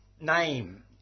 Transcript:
name